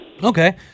Okay